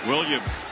Williams